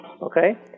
okay